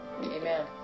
Amen